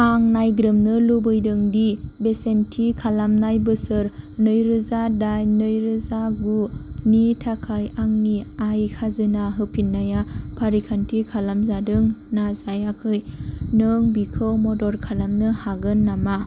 आं नायग्रोमनो लुबैदों दि बेसेन थि खालामनाय बोसोर नैरोजा दाइन नैरोजा गुनि थाखाय आंनि आय खाजोना होफिननाया फारिखान्थि खालामजादों ना जायाखै नों बेखौ मदद खालामनो हागोन नामा